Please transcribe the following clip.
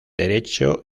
derecho